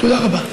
תודה רבה.